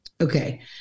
Okay